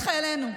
את חיילינו.